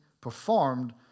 performed